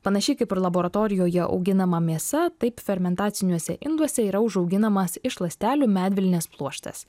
panašiai kaip ir laboratorijoje auginama mėsa taip fermentaciniuose induose yra užauginamas iš ląstelių medvilnės pluoštas